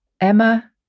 Emma